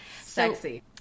Sexy